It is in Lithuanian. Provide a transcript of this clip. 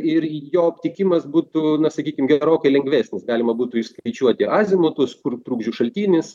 ir jo aptikimas būtų na sakykim gerokai lengvesnis galima būtų išskaičiuoti azimutus kur trukdžių šaltinis